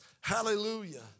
hallelujah